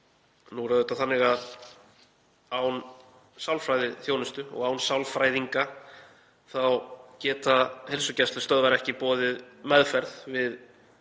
er auðvitað þannig að án sálfræðiþjónustu og án sálfræðinga geta heilsugæslustöðvar ekki boðið meðferð við